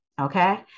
Okay